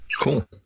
cool